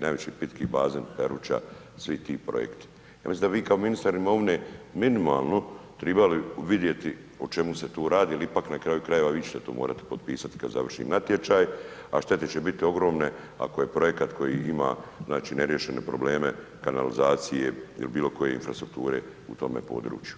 najveći pitki bazen Peruća svi tih projekti Ja mislim da bi vi kao ministar imovine minimalno trebali vidjeti o čemu se tu radi jer ipak na kraju krajeva vi ćete to morati potpisati kad završi natječaj a štete će biti ogromne ako je projekat koji ima znači neriješene probleme kanalizacije ili bilo koje infrastrukture u tome području.